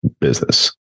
business